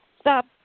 Stop